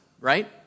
right